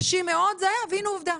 קשה מאוד זה היה, והנה עובדה.